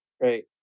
Great